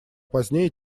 позднее